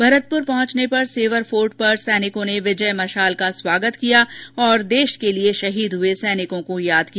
भरतपुर पहुंचने पर सेवर फोर्ट पर सैनिकों ने विजय मशाल का स्वागत किया और देश के लिए शहीद हुए सैनिकों को याद किया